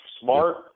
smart